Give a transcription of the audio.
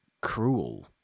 cruel